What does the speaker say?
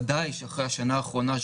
בוודאי אחרי השנה האחרונה,